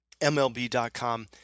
MLB.com